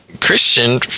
Christian